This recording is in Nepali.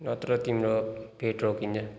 नत्र तिम्रो पेड रोकिन्न